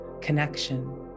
connection